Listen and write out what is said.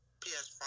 PS5